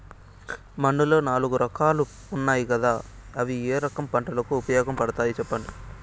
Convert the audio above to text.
మన్నులో నాలుగు రకాలు ఉన్నాయి కదా అవి ఏ రకం పంటలకు ఉపయోగపడతాయి చెప్పండి?